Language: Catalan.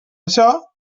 això